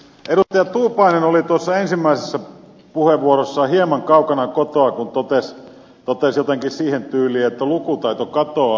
edustaja tuupainen oli tuossa ensimmäisessä puheenvuorossaan hieman kaukana kotoa kun totesi jotenkin siihen tyyliin että lukutaito katoaa